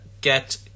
get